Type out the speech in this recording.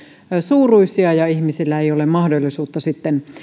suuruisia eikä ihmisillä ole mahdollisuutta sitten